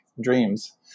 dreams